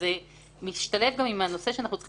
זה משתלב גם עם הנושא שאנחנו צריכים